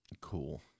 Cool